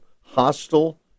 hostile